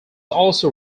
also